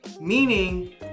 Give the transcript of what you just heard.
Meaning